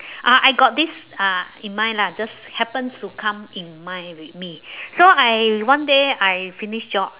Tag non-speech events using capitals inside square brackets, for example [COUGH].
[BREATH] ah I got this uh in mind lah just happens to come in mind with me [BREATH] so I one day I finish job